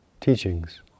teachings